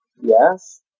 Yes